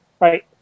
right